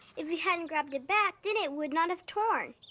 if you hadn't grabbed it back then it would not have torn.